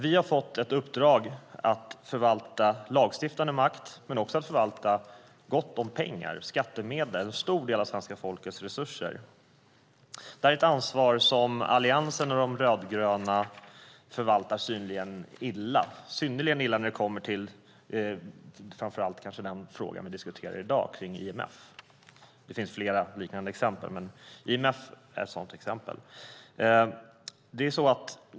Vi har fått ett uppdrag att förvalta lagstiftande makt men också att förvalta gott om pengar, skattemedel, en stor del av svenska folkets resurser. Det är ett ansvar som Alliansen och de rödgröna förvaltar synnerligen illa när det kommer till framför allt den fråga som vi just nu diskuterar, IMF. Det finns flera exempel, IMF är ett.